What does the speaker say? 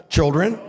Children